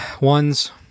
Ones